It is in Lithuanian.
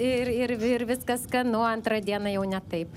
ir ir ir viskas skanu antrą dieną jau ne taip